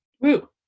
Woo